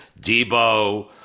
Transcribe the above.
Debo